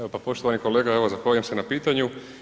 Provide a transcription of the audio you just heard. Evo, pa poštovani kolega, evo zahvaljujem se na pitanju.